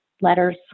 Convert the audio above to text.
letters